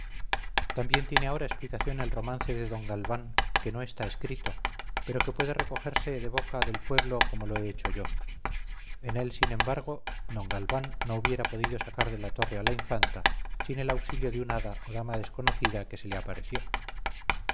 también tiene ahora aplicación el romance de d galván que no está escrito pero que puede recogerse de boca del pueblo como lo he hecho yo en él sin embargo d galván no hubiera podido sacar de la torre a la infanta sin el auxilio de una hada o dama desconocida que se le apareció